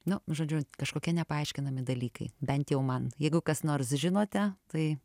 nu žodžiu kažkokie nepaaiškinami dalykai bent jau man jeigu kas nors žinote tai